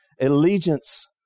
allegiance